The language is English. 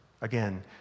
again